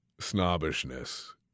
snobbishness